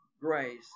grace